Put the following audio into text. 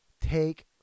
take